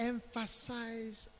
Emphasize